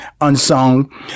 unsung